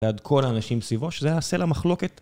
ועד כל האנשים סביבו, שזה היה סלע המחלוקת.